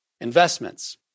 investments